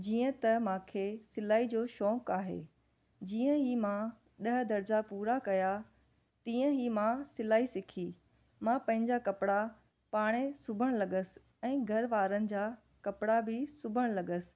जीअं त मूंखे सिलाई जो शौक़ु आहे जीअं ई मां ॾह दर्जा पूरा कया तीअं ई मां सिलाई सिखी मां पंहिंजा कपिड़ा पाण ई सुबणु लॻसि ऐं घरु वारनि जा कपिड़ा बि सुबणु लॻसि